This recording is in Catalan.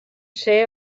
ser